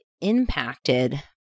impacted